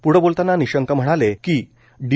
पुढं बोलतांना निशंक म्हणाले की डी